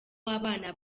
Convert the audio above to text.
w’abana